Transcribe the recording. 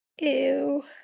Ew